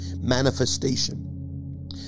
manifestation